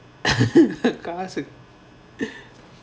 classic